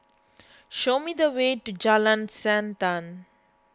show me the way to Jalan Siantan